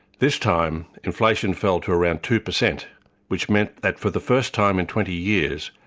this time, inflation fell to around two percent which meant that for the first time in twenty years,